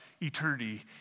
Eternity